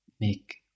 make